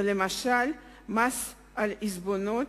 למשל מס על עיזבונות,